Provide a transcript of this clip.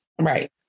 Right